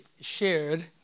shared